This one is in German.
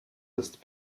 ist